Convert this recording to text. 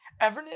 Evernote